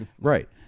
Right